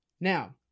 Now